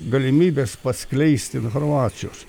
galimybės paskleisti informacijos